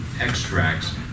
extracts